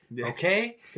Okay